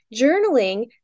Journaling